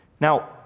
Now